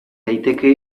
daiteke